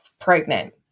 pregnant